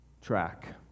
track